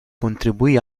contribuì